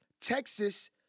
Texas